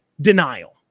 denial